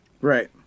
right